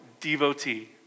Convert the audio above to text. devotee